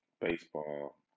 Baseball